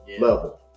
level